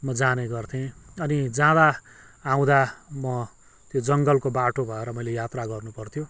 म जाने गर्थेँ अनि जाँदा आउँदा म त्यो जङ्गलको बाटो भएर मैले यात्रा गर्नु पर्थ्यो